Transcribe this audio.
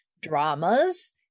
dramas